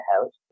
house